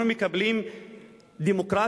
אנחנו מקבלים דמוקרטיה,